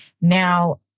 Now